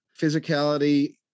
Physicality